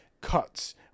cuts